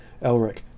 Elric